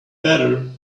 better